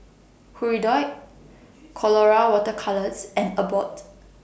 Hirudoid Colora Water Colours and Abbott